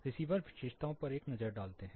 receiver विशेषताओं पर एक नज़र डालते हैं